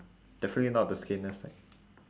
definitely not the skinless type